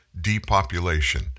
depopulation